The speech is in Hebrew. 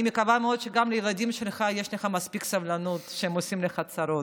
אני מקווה מאוד שגם לילדים שלך יש לך מספיק סבלנות כשהם עושים לך צרות.